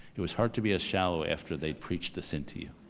it was hard to be as shallow after they'd preached this into you.